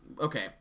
okay